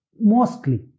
mostly